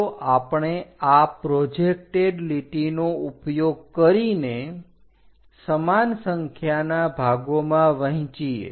ચાલો આપણે આ પ્રોજેક્ટેડ લીટીનો ઉપયોગ કરીને સમાન સંખ્યાના ભાગોમાં વહેંચીએ